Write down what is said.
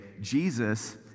Jesus